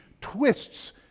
twists